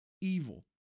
evil